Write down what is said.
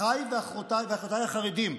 אחיי ואחיותיי החרדים,